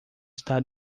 está